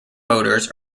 motors